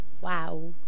Wow